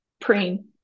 praying